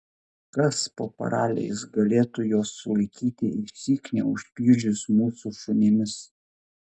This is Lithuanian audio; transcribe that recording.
kas po paraliais galėtų juos sulaikyti išsyk neužpjudžius mūsų šunimis